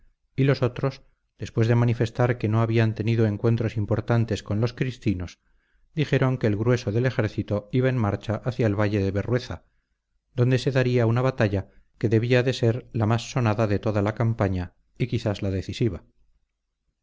y los otros después de manifestar que no habían tenido encuentros importantes con los cristinos dijeron que el grueso del ejército iba en marcha hacia el valle de berrueza donde se daría una batalla que debía de ser la más sonada de toda la campaña y quizás la decisiva